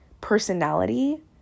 personality